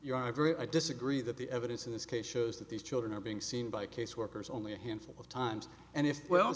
very i disagree that the evidence in this case shows that these children are being seen by caseworkers only a handful of times and if well